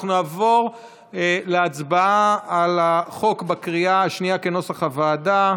אנחנו נעבור להצבעה על החוק בקריאה השנייה כנוסח הוועדה.